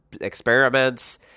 experiments